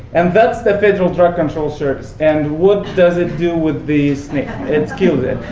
and that's the federal drug control service. and what does it do with the snake? it kills it.